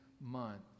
month